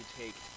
take